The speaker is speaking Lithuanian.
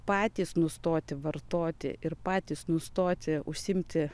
patys nustoti vartoti ir patys nustoti užsiimti